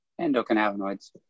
endocannabinoids